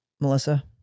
Melissa